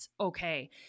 okay